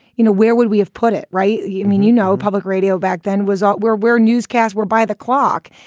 you know, where would we have put it? right. you mean, you know, public radio back then was out where where newscasts were by the clock.